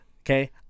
Okay